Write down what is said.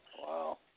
Wow